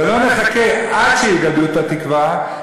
ולא נחכה עד שיגדעו את התקווה,